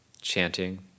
chanting